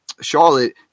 Charlotte